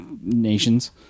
nations